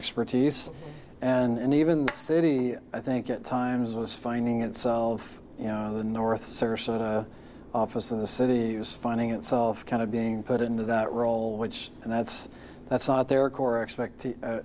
expertise and even the city i think it times was finding itself you know the north service office in the city is finding itself kind of being put into that role which and that's that's